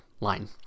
line